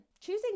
Choosing